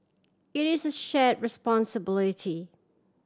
it is a share responsibility